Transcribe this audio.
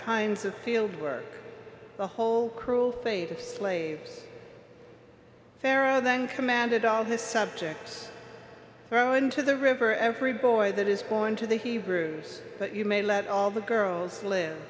kinds of field work the whole cruel fate of slaves pharaoh then commanded all his subjects throw into the river every boy that is born to the hebrews but you may let all the girls live